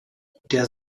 der